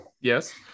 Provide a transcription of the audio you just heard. yes